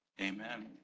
amen